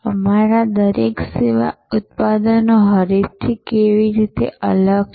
અમારા દરેક સેવા ઉત્પાદનો હરીફથી કેવી રીતે અલગ છે